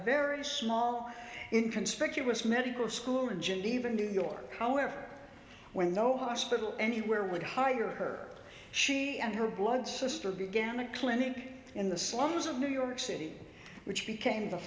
very small in conspicuous medical school in geneva new york however when no hospital anywhere would hire her she and her blood sister began a clinic in the slums of new york city which became the